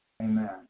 Amen